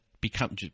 become